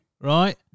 right